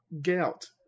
gout